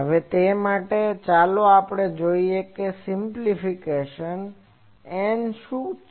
હવે તે માટે ચાલો જોઈએ સીમ્પ્લીફિકેશન N શું છે